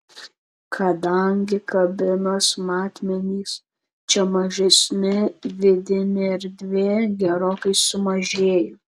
kadangi kabinos matmenys čia mažesni vidinė erdvė gerokai sumažėja